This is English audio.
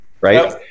right